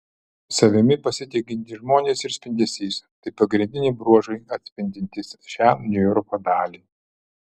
savimi pasitikintys žmonės ir spindesys tai pagrindiniai bruožai atspindintys šią niujorko dalį